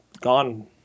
gone